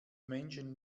menschen